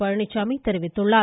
பழனிச்சாமி தெரிவித்துள்ளார்